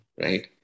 right